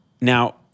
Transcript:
now